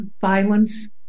violence